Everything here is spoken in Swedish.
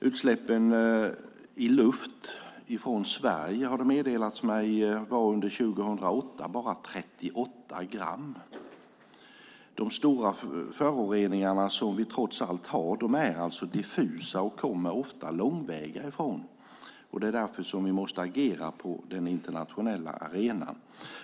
Utsläppen i luft från Sverige, har det meddelats mig, var under 2008 bara 38 gram. De stora föroreningarna, som vi trots allt har, är diffusa och kommer ofta långväga ifrån. Det är därför som vi måste agera på den internationella arenan.